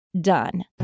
done